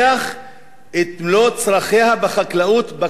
את מלוא צרכיה בחקלאות בקרקעות האלה.